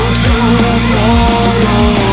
tomorrow